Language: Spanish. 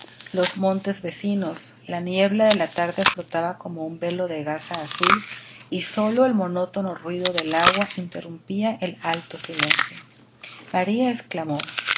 los montes vecinos la niebla de la tarde flotaba como un velo de gasa azul y solo el monótono ruido del agua interrumpía el alto silencio maría exclamó